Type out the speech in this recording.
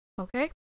Okay